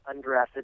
undrafted